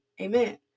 amen